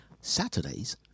Saturdays